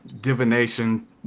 divination